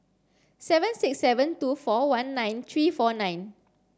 seven six seven two four one nine three four nine